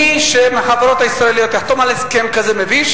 מי מהחברות הישראליות שתחתום על הסכם כזה מביש